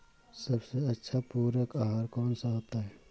सबसे अच्छा पूरक आहार कौन सा होता है?